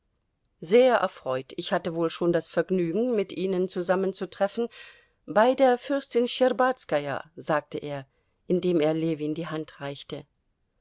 sehr erfreut ich hatte wohl schon das vergnügen mit ihnen zusammenzutreffen bei der fürstin schtscherbazkaja sagte er indem er ljewin die hand reichte